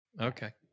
okay